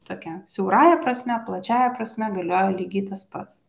tokia siaurąja prasme plačiąja prasme galioja lygiai tas pats